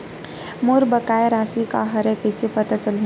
मोर बकाया राशि का हरय कइसे पता चलहि?